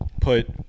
put